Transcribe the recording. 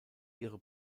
ihre